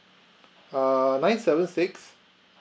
err nine seven six